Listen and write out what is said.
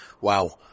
wow